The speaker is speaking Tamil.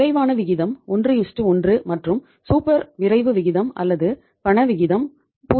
விரைவான விகிதம் 11 மற்றும் சூப்பர் விரைவு விகிதம் அல்லது பண விகிதம் 0